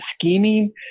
scheming